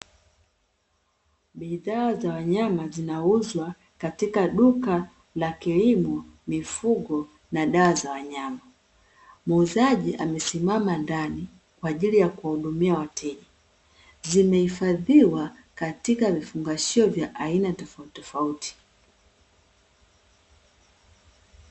Bidhaa za wanyama zinauzwa katika duka la kilimo, mifugo na dawa za wanyama. Muuzaji amesimama ndani, kwa ajili ya kuwahudumia wateja. Zimehifadhiwa katika vifungashio vya aina tofautitofauti.